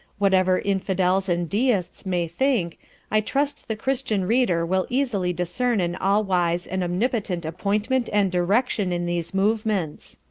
whatever infidels and deists may think i trust the christian reader will easily discern an all-wise and omnipotent appointment and direction in these movements.